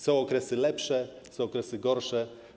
Są okresy lepsze, są okresy gorsze.